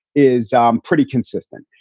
is um pretty consistent.